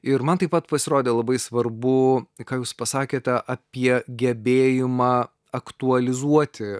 ir man taip pat pasirodė labai svarbu ką jūs pasakėte apie gebėjimą aktualizuoti